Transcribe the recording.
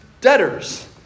debtors